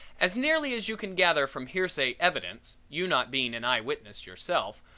as nearly as you can gather from hearsay evidence, you not being an eye witness yourself,